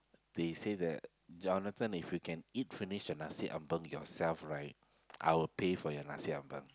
they say that Jonathan if you can eat finish the nasi-ambeng yourself right I will pay for the nasi-ambeng